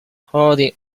holy